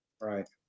Right